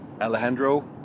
Alejandro